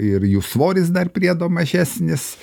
ir jų svoris dar priedo mažesnis